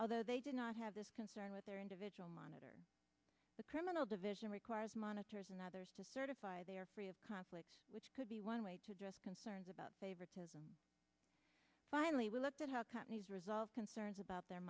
although they did not have this concern with their individual monitor the criminal division requires monitors and others to certify they are free of conflict which could be one way to address concerns about favorite finally we looked at how companies resolve concerns about